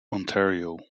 ontario